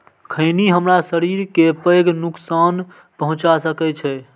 खैनी हमरा शरीर कें पैघ नुकसान पहुंचा सकै छै